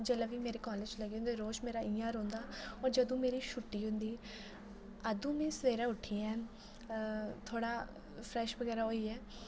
जेल्लै बी मेरे कॉलेज़ लग्गे दे होंदे न रोज़ मेरा इ'यां रौहंदा होर जदूं मेरी छुट्टी होंदी अदूं में सबैह्रे उट्ठियै अ थोह्ड़ा फ्रेश बगैरा होइयै